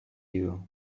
you